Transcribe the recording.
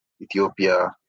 Ethiopia